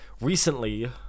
recently